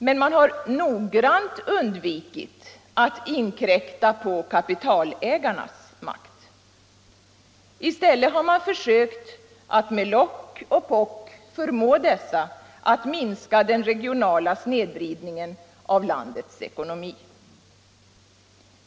Men man har noggrant undvikit att inkräkta på kapitalägarnas makt. I stället har man försökt att med lock och pock förmå dessa att minska den regionala snedvridningen av landets ekonomi.